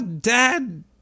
Dad